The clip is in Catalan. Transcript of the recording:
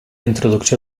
introducció